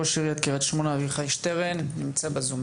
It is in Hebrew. ראש עיריית קריית שמונה אביחי שטרן נמצא בזום,